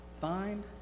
Find